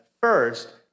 first